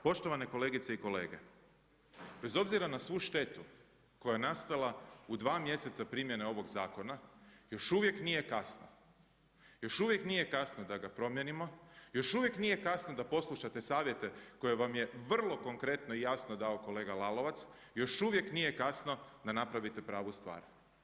Poštovane kolegice i kolege, bez obzira na svu štetu koja je nastala u dva mjeseca primjene ovog zakona još uvijek nije kasno, još uvijek nije kasno da ga promijenimo, još uvijek nije kasno da poslušate savjete koje vam je vrlo konkretno i jasno dao kolega Lalovac, još uvijek nije kasno da napravite pravu stvar.